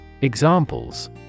Examples